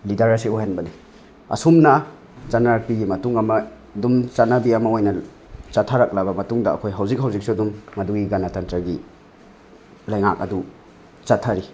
leader ꯑꯁꯤ ꯑꯣꯏꯍꯟꯕꯅꯤ ꯑꯁꯨꯝꯅ ꯆꯠꯅꯔꯛꯄꯒꯤ ꯃꯇꯨꯡ ꯑꯃ ꯑꯗꯨꯝ ꯆꯠꯅꯕꯤ ꯑꯃ ꯑꯣꯏꯅ ꯆꯠꯊꯔꯛꯂꯕ ꯃꯇꯨꯡꯗ ꯑꯩꯈꯣꯏ ꯍꯧꯖꯤꯛ ꯍꯧꯖꯤꯛꯁꯨ ꯑꯗꯨꯝ ꯃꯗꯨꯒꯤ ꯒꯅꯇꯟꯇ꯭ꯔꯒꯤ ꯂꯩꯉꯥꯛ ꯑꯗꯨ ꯆꯠꯊꯔꯤ